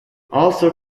also